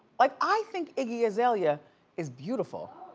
like i think iggy azalea is beautiful.